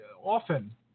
often